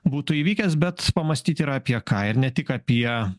būtų įvykęs bet pamąstyti yra apie ką ir ne tik apie